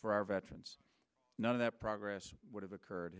for our veterans know that progress would have occurred